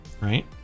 right